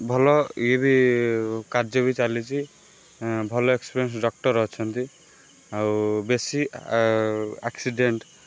ଭଲ ଇଏ ବି କାର୍ଯ୍ୟ ବି ଚାଲିଛି ଭଲ ଏକ୍ସପ୍ରିଏନ୍ସ୍ ଡକ୍ଟର୍ ଅଛନ୍ତି ଆଉ ବେଶୀ ଆ ଆକ୍କ୍ସିଡ଼େଣ୍ଟ୍